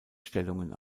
stellungen